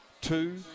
Two